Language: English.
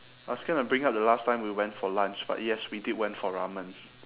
I was gonna bring up the last time we went for lunch but yes we did went for ramen